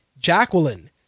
Jacqueline